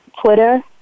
Twitter